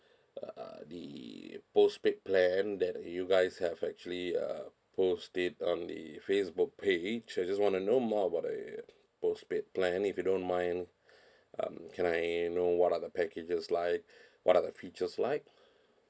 uh the postpaid plan that you guys have actually uh posted on the facebook page I just want to know more about the postpaid plan if you don't mind um can I know what are the packages like what are the features like